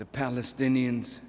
the palestinians